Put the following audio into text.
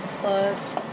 plus